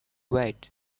wait